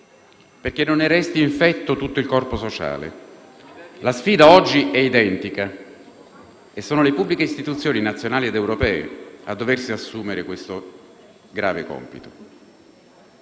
perché non ne resti infetto tutto il corpo sociale». La sfida oggi è identica, e sono le pubbliche istituzioni nazionali ed europee a doversi assumere questo grave compito.